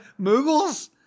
Moogles